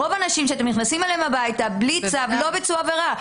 רוב האנשים אליהם אתם נכנסים הבית בלי צו לא ביצעו עבירה.